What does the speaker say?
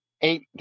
eight